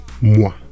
moi